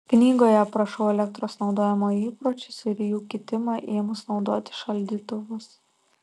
knygoje aprašau elektros naudojimo įpročius ir jų kitimą ėmus naudoti šaldytuvus